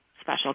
special